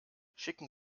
schicken